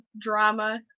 drama